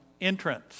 entrance